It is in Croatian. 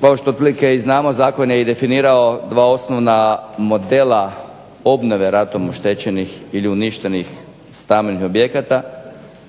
Kao što otprilike i znamo zakon je i definirao 2 osnovna modela obnove ratom oštećenih ili uništenih stambenih objekata.